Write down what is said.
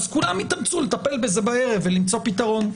כולם יתאמצו לטפל בזה בערב ולמצוא פתרון,